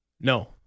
No